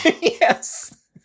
Yes